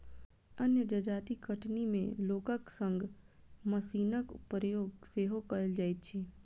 अन्य जजाति कटनी मे लोकक संग मशीनक प्रयोग सेहो कयल जाइत अछि